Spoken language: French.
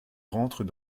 rentrent